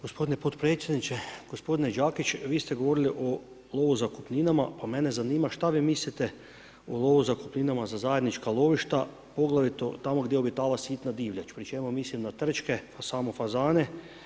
Gospodine podpredsjedniče, gospodine Đakić, vi ste govorili o lovu zakupninama, pa mene zanima što vi mislite o lovu zakupninama za zajednička lovišta, poglavito tamo gdje obitava sitna divljač, pri mislim na trčke, samo fazane.